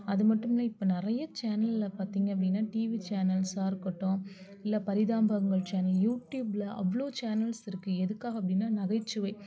அது மட்டுமில்லை இப்போ நிறைய சேனலில் பார்த்திங்க அப்படின்னா டிவி சேனல்ஸ்ஸாக இருக்கட்டும் இல்லை பரிதாபங்கள் சேனல் யூடியூபில் அவ்வளோ சேனல்ஸ் இருக்குது எதுக்காக அப்படின்னா நகைச்சுவை